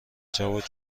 جواد